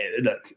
look